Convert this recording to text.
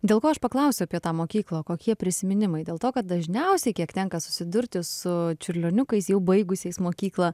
dėl ko aš paklausiau apie tą mokyklą kokie prisiminimai dėl to kad dažniausiai kiek tenka susidurti su čiurlioniukais jau baigusiais mokyklą